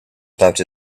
about